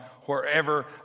wherever